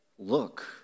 look